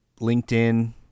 LinkedIn